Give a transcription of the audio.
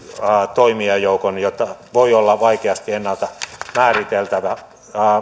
toimijajoukon jota voi olla vaikea ennalta